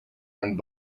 and